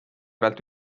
pealt